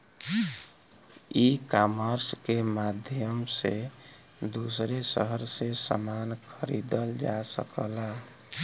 ecommerce के माध्यम से दूसरे शहर से समान खरीदल जा सकला